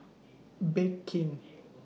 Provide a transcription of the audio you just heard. Bake King